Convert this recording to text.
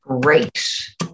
Great